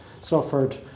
suffered